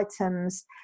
items